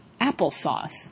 applesauce